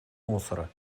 мусора